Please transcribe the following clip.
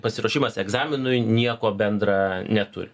pasiruošimas egzaminui nieko bendra neturi